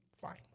fine